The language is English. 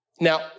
Now